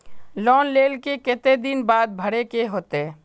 Loan लेल के केते दिन बाद भरे के होते?